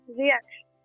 reaction